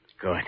Good